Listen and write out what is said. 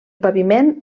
paviment